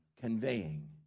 conveying